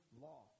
law